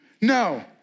No